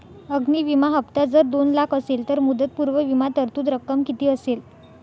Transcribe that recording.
अग्नि विमा हफ्ता जर दोन लाख असेल तर मुदतपूर्व विमा तरतूद रक्कम किती असेल?